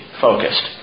focused